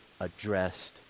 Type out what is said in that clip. addressed